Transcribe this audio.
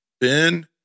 Ben